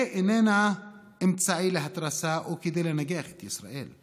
זה איננו אמצעי להתרסה או כדי לנגח את ישראל.